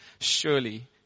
Surely